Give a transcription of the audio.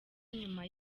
nyuma